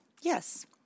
yes